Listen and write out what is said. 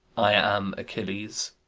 i am achilles.